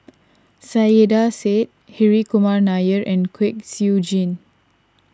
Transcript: Saiedah Said Hri Kumar Nair and Kwek Siew Jin